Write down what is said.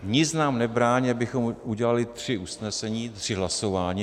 Nic nám nebrání, abychom udělali tři usnesení, tři hlasování.